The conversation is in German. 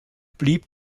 blieb